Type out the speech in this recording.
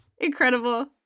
Incredible